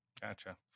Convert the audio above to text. Gotcha